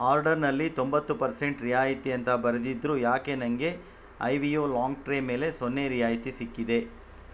ಆರ್ಡರ್ನಲ್ಲಿ ತೊಂಬತ್ತು ಪರ್ಸೆಂಟ್ ರಿಯಾಯಿತಿ ಅಂತ ಬರೆದಿದ್ದರೂ ಯಾಕೆ ನನಗೆ ಐವಿಯೋ ಲಾಂಗ್ ಟ್ರೇ ಮೇಲೆ ಸೊನ್ನೆ ರಿಯಾಯಿತಿ ಸಿಕ್ಕಿದೆ